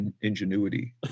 ingenuity